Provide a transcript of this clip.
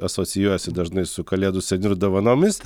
asocijuojasi dažnai su kalėdų seniu ir dovanomis